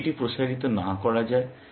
যদি এটি প্রসারিত না করা যায়